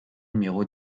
numéro